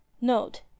Note